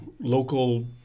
local